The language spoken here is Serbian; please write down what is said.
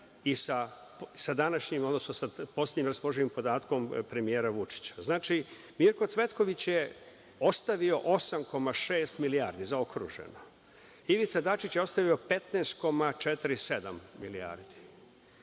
i sa današnjim, odnosno sa poslednjim raspoloživim podatkom premijera Vučića. Znači, Mirko Cvetković je ostavio 8,6 milijardi, zaokruženo. Ivica Dačić je ostavio 15,47 milijardi.